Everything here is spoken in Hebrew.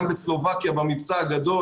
גם בסלובקיה במבצע הגדול,